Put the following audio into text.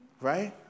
right